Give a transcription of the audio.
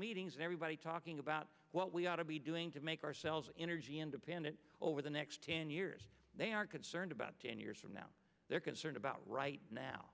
meetings and everybody talking about what we ought to be doing to make ourselves energy independent over the next ten years they are concerned about ten years from now they're concerned about right now